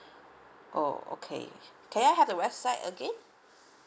oh okay can I have the website again